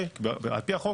על פי החוק